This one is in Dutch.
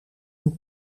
een